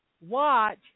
watch